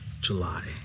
July